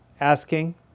asking